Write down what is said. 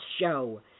Show